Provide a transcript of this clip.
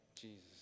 Jesus